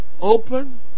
open